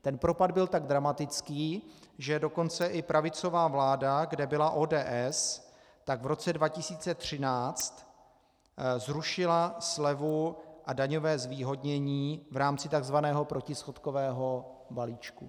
Ten propad byl tak dramatický, že dokonce i pravicová vláda, kde byla ODS, tak v roce 2013 zrušila slevu a daňové zvýhodnění v rámci tzv. protischodkového balíčku.